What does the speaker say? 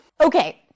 Okay